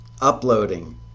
uploading